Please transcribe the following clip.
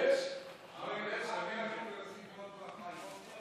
לא הייתי מקבל, אבל עושים את זה